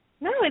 No